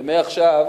ומעכשיו,